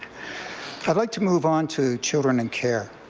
i'd like to move on to children in care.